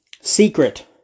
secret